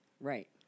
Right